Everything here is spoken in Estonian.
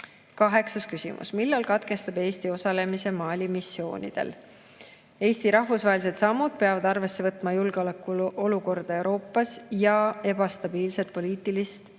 Kaheksas küsimus: "Millal katkestab Eesti osalemise Mali missioonidel?" Eesti rahvusvahelised sammud peavad arvesse võtma julgeolekuolukorda Euroopas ja ebastabiilset poliitilist ja